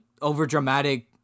overdramatic